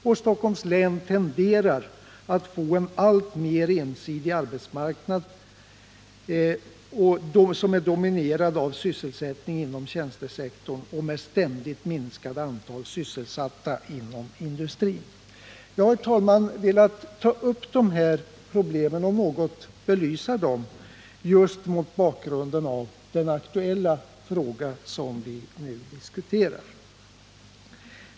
Och Stockholms län tenderar att få en alltmer ensidig arbetsmarknad som är dominerad av sysselsättning inom tjänstesektorn och med ständigt minskat antal sysselsatta inom industrin. Jag har, herr talman, velat ta upp de här problemen och något belysa dem just mot bakgrund av den aktuella fråga som vi nu diskuterar.